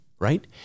Right